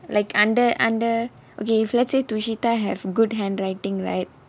like under under okay let's say if tushita have good handwriting right